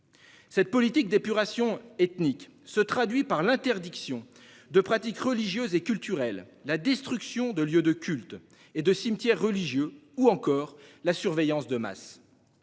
Cette politique d'épuration ethnique se traduit par l'interdiction de pratiques religieuses et culturelles, la destruction de lieux de culte et de cimetières religieux ou encore la surveillance de masse.